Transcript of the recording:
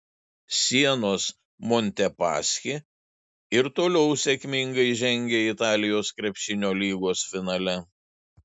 sienos montepaschi ir toliau sėkmingai žengia italijos krepšinio lygos finale